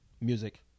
Music